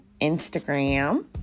Instagram